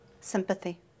Sympathy